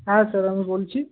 হ্যাঁ স্যার আমি বলছি